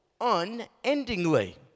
unendingly